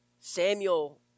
Samuel